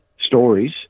stories